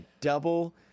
Double